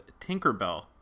Tinkerbell